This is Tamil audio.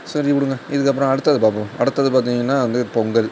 சரி விடுங்க இதுக்கப்புறம் அடுத்தது பார்ப்போம் அடுத்தது பார்த்தீங்கன்னா வந்து பொங்கல்